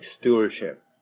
stewardship